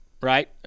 right